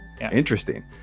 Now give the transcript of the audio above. Interesting